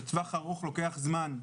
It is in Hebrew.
והיא שלטווח הארוך לוקח זמן,